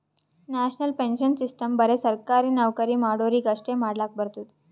national pension system ಬರೆ ಸರ್ಕಾರಿ ನೌಕರಿ ಮಾಡೋರಿಗಿ ಅಷ್ಟೇ ಮಾಡ್ಲಕ್ ಬರ್ತುದ್